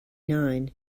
nine